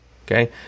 Okay